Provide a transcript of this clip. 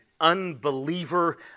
Unbeliever